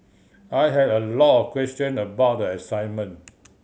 I had a lot of questions about the assignment